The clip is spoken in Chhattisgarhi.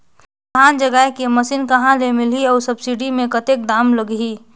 धान जगाय के मशीन कहा ले मिलही अउ सब्सिडी मे कतेक दाम लगही?